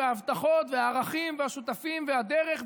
וההבטחות והערכים והשותפים והדרך,